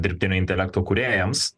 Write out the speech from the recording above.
dirbtinio intelekto kūrėjams